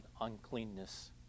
uncleanness